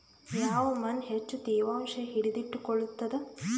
ಯಾವ್ ಮಣ್ ಹೆಚ್ಚು ತೇವಾಂಶ ಹಿಡಿದಿಟ್ಟುಕೊಳ್ಳುತ್ತದ?